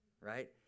right